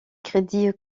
crédits